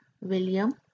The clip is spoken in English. William